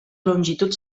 longitud